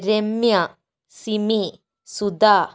Ramya Sini Sudha